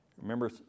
Remember